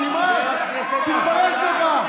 תתבייש לך.